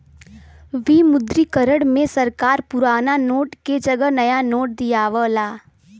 विमुद्रीकरण में सरकार पुराना नोट के जगह नया नोट लियावला